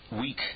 weak